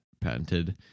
patented